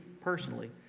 personally